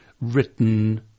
written